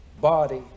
body